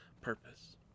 purpose